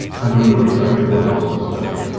i don't know exactly what else to say.